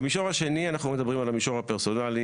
במישור השני אנחנו מדברים על המישור הפרסונלי.